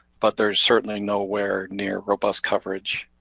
but there's certainly no where near robust coverage